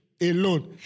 alone